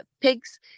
pigs